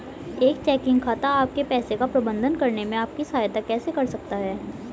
एक चेकिंग खाता आपके पैसे का प्रबंधन करने में आपकी सहायता कैसे कर सकता है?